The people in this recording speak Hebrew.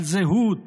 על זהות,